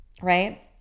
right